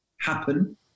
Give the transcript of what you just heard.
happen